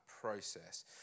process